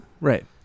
Right